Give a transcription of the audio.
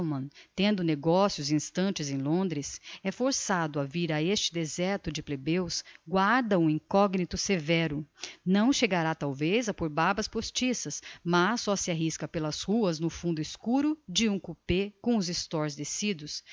tendo negócios instantes em londres é forçado a vir a este deserto de plebeus guarda um incognito severo não chegará talvez a pôr barbas postiças mas só se arrisca pelas ruas no fundo escuro de um cupé com os stores descidos